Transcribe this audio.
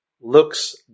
looks